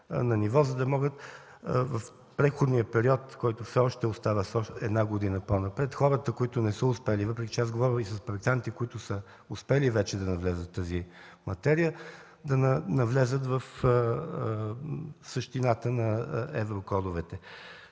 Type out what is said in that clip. за да могат в преходния период, който все още остава – с една година по-напред, хората, които не са успели, въпреки че аз говоря и с проектанти, които са успели вече да навлязат в тази материя, да навлязат в същината на еврокодовете.